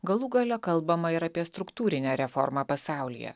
galų gale kalbama ir apie struktūrinę reformą pasaulyje